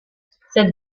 cette